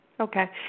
Okay